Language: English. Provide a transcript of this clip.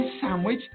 sandwich